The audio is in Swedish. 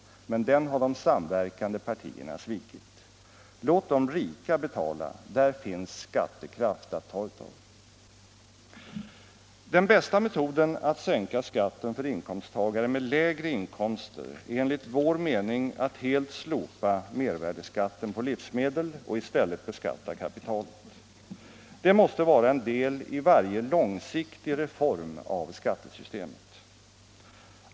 Men dem har de samverkande partierna svikit. Låt de rika betala, där finns skattekraft! Den bästa metoden att sänka skatten för inkomsttagare med lägre inkomster är enligt vår mening att helt slopa mervärdeskatten på livsmedel och i stället beskatta kapitalet. Det måste vara en del i varje långsiktig reform av skattesystemet.